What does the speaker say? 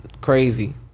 crazy